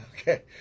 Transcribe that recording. Okay